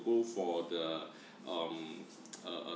go for the um err